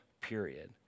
period